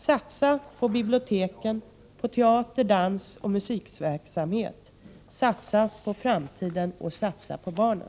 Satsa på biblioteken, på teater, dans och musikverksamhet! Satsa på framtiden — satsa på barnen!